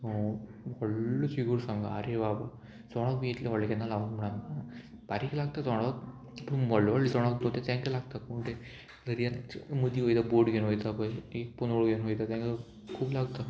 व्हडलो थिगूर सांगा आरे बाबा चोणोक बी इतलें व्हडलें केन्ना लांगूंक ना बारीक लागता चोणोक पूण व्हडलें व्हडलें चोणोक दोतो तेंकां लागता पूण तें दर्यांत मदीं वयता बोट घेवन वयता पय पोनेळ घेवन वयता तेंका खूब लागता